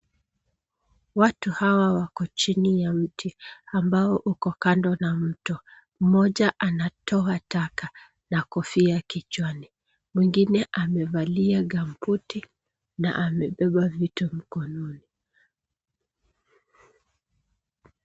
Watu hawa wako chini ya mti ambao uko kando na mto. Mmoja anatoa taka na kofia kichwani. Mwingine amevalia gambuti na amebeba vitu mkononi.